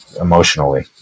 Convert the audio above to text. emotionally